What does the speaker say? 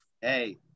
Hey